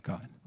God